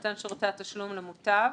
בהינתן שרותי התשלום למוטב.